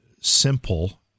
simple